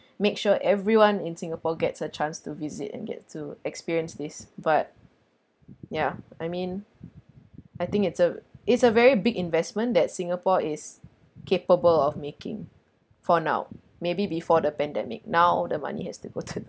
make sure everyone in singapore gets a chance to visit and gets to experience this but ya I mean I think it's a it's a very big investment that singapore is capable of making for now maybe before the pandemic now the money has to go to